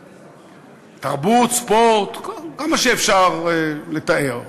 תרבות, ספורט, כמה שאפשר לתאר.